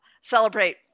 celebrate